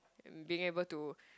and being able to